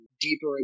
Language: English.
deeper